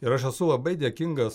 ir aš esu labai dėkingas